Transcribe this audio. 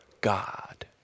God